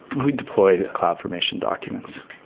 we deploy cloud formation documents.